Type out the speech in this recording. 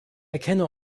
erkenne